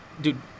dude